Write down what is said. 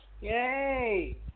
Yay